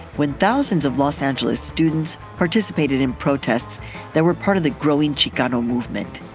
when thousands of los angeles students participated in protests that were part of the growing chicano movement.